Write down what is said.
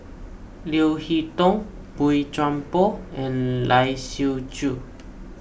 Leo Hee Tong Boey Chuan Poh and Lai Siu Chiu